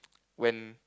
when